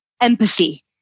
empathy